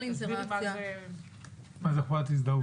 מה זה חובת הזדהות?